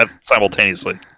Simultaneously